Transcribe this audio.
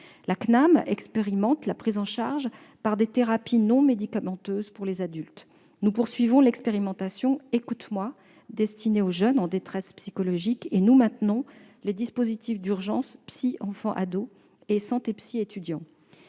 La CNAM expérimente la prise en charge par des thérapies non médicamenteuses pour les adultes. Nous poursuivons l'expérimentation Écout'Émoi, destinée aux jeunes en détresse psychologique, et nous maintenons les dispositifs d'urgence PsyEnfantAdo et SantéPsyEtudiant,